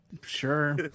sure